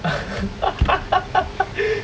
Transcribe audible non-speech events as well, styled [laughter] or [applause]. [laughs]